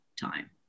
time